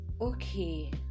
Okay